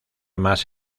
más